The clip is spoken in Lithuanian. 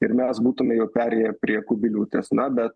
ir mes būtume jau perėję prie kubiliūtės na bet